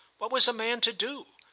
what was a man to do?